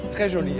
casual. yeah